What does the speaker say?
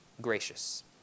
gracious